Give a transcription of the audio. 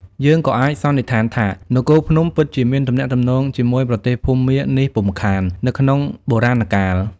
យើងក៏អាចសន្និដ្ឋានថា នគរភ្នំពិតជាមានទំនាក់ទំនងជាមួយ ប្រទេសភូមានេះពុំខាន នៅក្នុង បុរាណកាល។